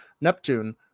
Neptune